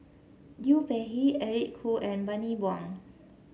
Liu Peihe Eric Khoo and Bani Buang